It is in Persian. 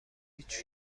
هیچ